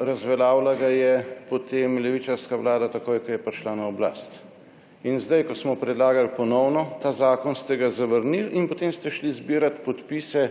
razveljavila ga je potem levičarska vlada takoj, ko je prišla na oblast. In zdaj, ko smo ponovno predlagali ta zakon, ste ga zavrnili in potem ste šli zbirati podpise